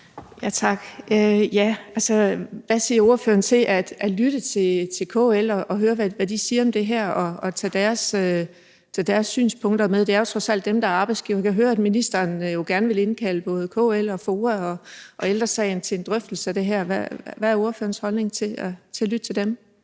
Tak. Hvad siger ordføreren til at lytte til KL og høre, hvad de siger om det her, og tage deres synspunkter med? Det er jo trods alt dem, der er arbejdsgiver. Jeg kan høre, at ministeren gerne vil indkalde både KL, FOA og Ældre Sagen til en drøftelse af det her. Hvad er ordførerens holdning til at lytte til dem?